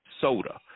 soda